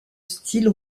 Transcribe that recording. style